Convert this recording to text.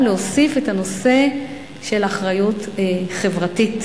להוסיף את הנושא של אחריות חברתית